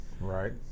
Right